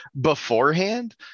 beforehand